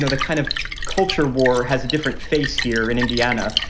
the kind of culture war has a different face here in indiana.